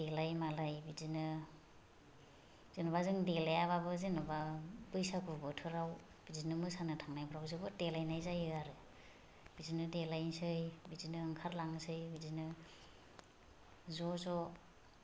देलाय मालाय बिदिनो जेनेबा जों देलायाबाबो जेनेबा बैसागु बोथोराव बिदिनो मोसानो थांनायफोराव जोबोद देलायनाय जायो आरो बिदिनो देलायनोसै बिदिनो ओंखारलांनोसै बिदिनो ज' ज'